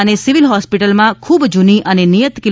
અને સિવિલ હોસ્પિટલમાં ખૂબ જૂની અને નિયત કિ